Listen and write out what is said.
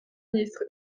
ministre